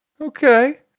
Okay